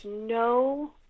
no